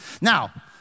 Now